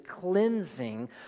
cleansing